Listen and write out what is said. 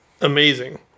amazing